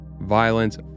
violence